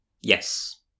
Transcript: Yes